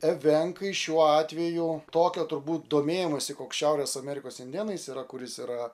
evenkai šiuo atveju tokio turbūt domėjimosi koks šiaurės amerikos indėnais yra kuris yra